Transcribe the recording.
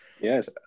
Yes